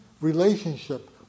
relationship